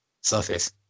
surface